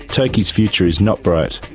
turkey's future is not bright.